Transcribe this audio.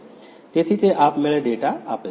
તેથી તે આપમેળે ડેટા આપે છે